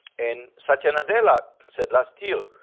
in satya nadella said last year,